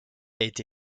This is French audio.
été